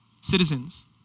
Citizens